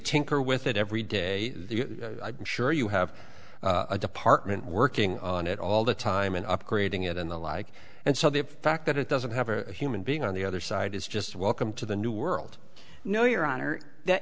tinker with it every day i'm sure you have a department working on it all the time and upgrading it and the like and so the fact that it doesn't have a human being on the other side is just welcome to the new world no your honor